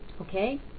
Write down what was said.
okay